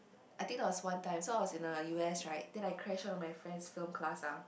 I think there was one time so I was in the U_S right then I crash all my friends' film class ah